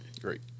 Great